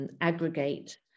aggregate